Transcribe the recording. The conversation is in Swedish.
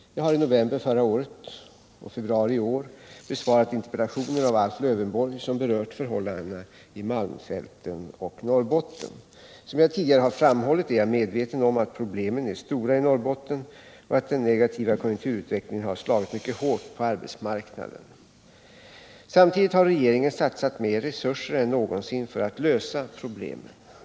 Jag har i november förra året och i februari i år besvarat interpellationer av Alf Lövenborg som berört förhållandena i malmfälten och Norrbotten. Som jag tidigare har framhållit är jag medveten om att problemen är stora i Norrbotten och att den negativa konjunkturutvecklingen har slagit mycket hårt på arbetsmarknaden. Samtidigt har regeringen satsat mer resurser än någonsin för att lösa problemen.